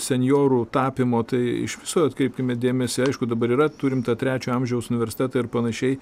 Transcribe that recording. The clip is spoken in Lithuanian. senjorų tapymo tai iš viso atkreipkime dėmesį aišku dabar yra turim tą trečio amžiaus universitetą ir panašiai